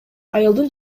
айылдын